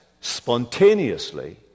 spontaneously